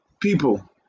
People